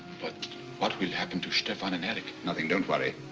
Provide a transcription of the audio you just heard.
but what will happen to stephan and eric? nothing, don't worry.